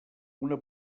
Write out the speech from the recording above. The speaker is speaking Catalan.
una